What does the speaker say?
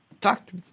doctor